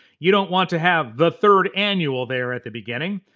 you don't want to have the third annual there at the beginning.